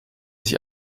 sich